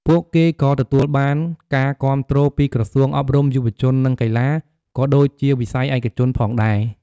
ពួកគេក៏ទទួលបានការគាំទ្រពីក្រសួងអប់រំ យុវជន និងកីឡា ក៏ដូចជាវិស័យឯកជនផងដែរ។